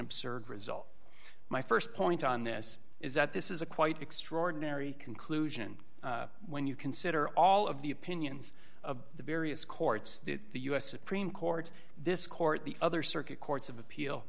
absurd result my st point on this is that this is a quite extraordinary conclusion when you consider all of the opinions of the various courts that the u s supreme court this court the other circuit courts of appeal